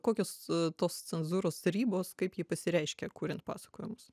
kokios tos cenzūros ribos kaip ji pasireiškia kuriant pasakojimus